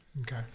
Okay